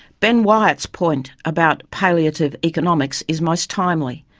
ben wyatt's point about palliative economics is most timely.